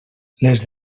les